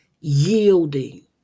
yielding